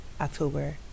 October